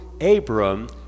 abram